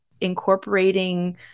incorporating